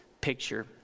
picture